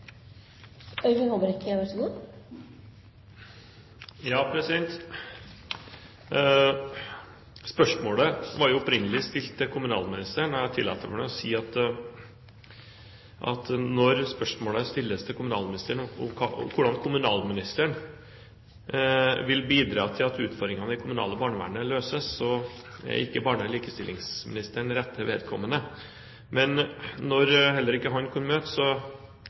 Spørsmålet var jo opprinnelig stilt til kommunalministeren, og jeg tillater meg å si at når spørsmålet stilles til kommunalministeren om hvordan hun vil bidra til at utfordringene i det kommunale barnevernet løses, er ikke barne- og likestillingsministeren rette vedkommende. Men når heller ikke han kunne møte, synes jeg det er interessant å høre kunnskapsministerens, og for så